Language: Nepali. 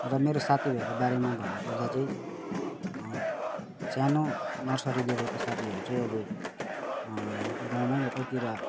र मेरो साथीहरूको बारेमा भन्नुपर्दा चाहिँ सानो नर्सरी लेभलको साथीहरू चाहिँ अहिले गाउँमै यतैतिर